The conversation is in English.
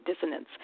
dissonance